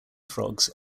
frogs